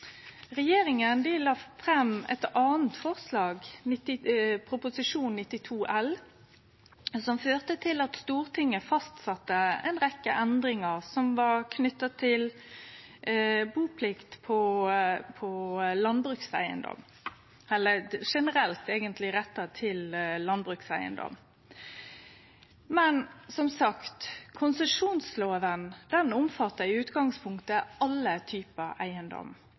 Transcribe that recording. la fram eit anna forslag, Prop. 92 L for 2016–2017, som førte til at Stortinget fastsette ei rekkje endringar som var knytte til buplikt på landbrukseigedom, eller eigentleg generelt retta til landbrukseigedom. Men, som sagt, konsesjonsloven omfattar i utgangspunktet alle typar eigedom,